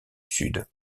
sud